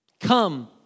Come